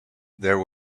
there